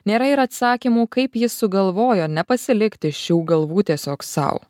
nėra ir atsakymų kaip jis sugalvojo nepasilikti šių galvų tiesiog sau